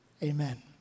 Amen